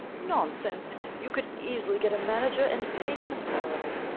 nonsense! you could easily get a manager and pay him a salary.